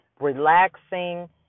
relaxing